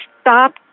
stop